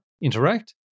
interact